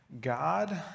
God